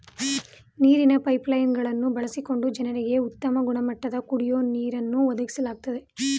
ನೀರಿನ pipeline ಗಳನ್ನು ಬಳಸಿಕೊಂಡು ಜನರಿಗೆ ಉತ್ತಮ ಗುಣಮಟ್ಟದ ಕುಡಿಯೋ ನೀರನ್ನು ಒದಗಿಸ್ಲಾಗ್ತದೆ